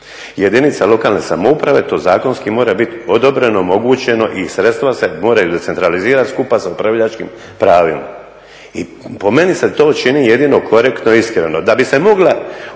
jedinice lokalne samouprave to zakonski mora biti odobreno, omogućeno i sredstva se moraju decentralizirati skupa sa upravljačkim pravima. I po meni se to čini jedino korektno i iskreno.